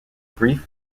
brief